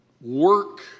work